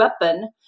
weapon